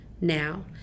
now